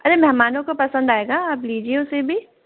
अरे महमानों को पसंद आएगा आप लीजिए उसे भी